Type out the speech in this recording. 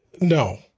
No